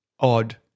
Odd